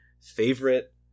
favorite